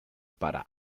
para